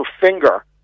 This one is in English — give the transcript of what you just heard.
finger